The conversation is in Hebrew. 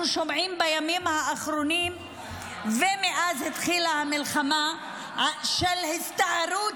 בימים האחרונים ומאז שהתחילה המלחמה אנחנו שומעים על הסתערות